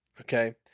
okay